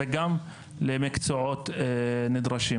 וכל הדוח מושקע ומדגיש את הבעייתיות הזאת.